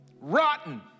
rotten